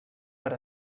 per